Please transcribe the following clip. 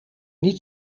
niet